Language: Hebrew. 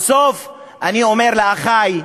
בסוף אני אומר לאחי,